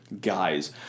guys